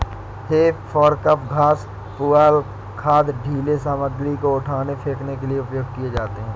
हे फोर्कव घास, पुआल, खाद, ढ़ीले सामग्री को उठाने, फेंकने के लिए उपयोग किए जाते हैं